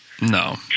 No